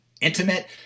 intimate